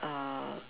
uh